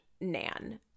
Nan